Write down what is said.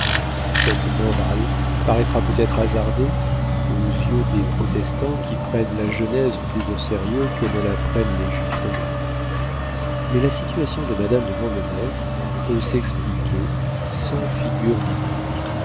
cette morale paraîtra peut-être hasardée aux yeux des protestants qui prennent la genèse plus au sérieux que ne la prennent les juifs eux-mêmes mais la situation de madame de vandenesse peut s'expliquer sans figures bibliques